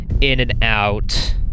in-and-out